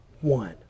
one